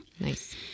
Nice